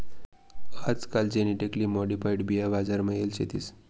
आजकाल genetically modified बिया बजार मा येल शेतीस